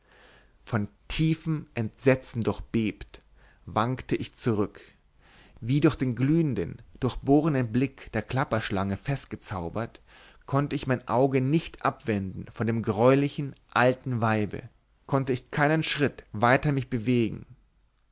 von tiefem entsetzen durchbebt wankte ich zurück wie durch den glühenden durchbohrenden blick der klapperschlange festgezaubert konnte ich mein auge nicht abwenden von dem greulichen alten weibe konnte ich keinen schritt weiter mich bewegen